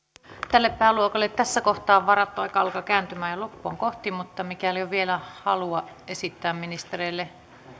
tälle pääluokalle tässä kohtaa varattu aika alkaa kääntymään jo loppuaan kohti mutta mikäli on vielä halua esittää ministereille kysymyksiä